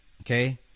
Okay